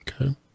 Okay